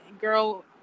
girl